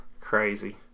Crazy